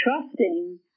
trusting